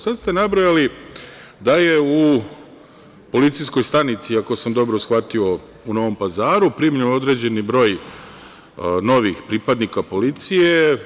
Sada ste nabrojali da je u policijskoj stanici, ako sam dobro shvatio, u Novom Pazaru primljen određeni broj novih pripadnika policije.